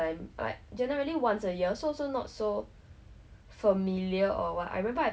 err I sat on a flight for fourteen hours when I was in sec two